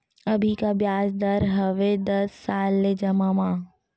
अभी का ब्याज दर हवे दस साल ले जमा मा?